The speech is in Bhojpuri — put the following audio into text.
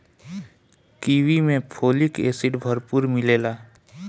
कीवी में फोलिक एसिड भरपूर मिलेला